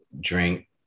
drink